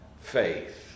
faith